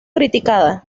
criticada